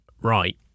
Right